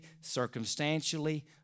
circumstantially